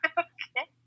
okay